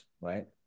right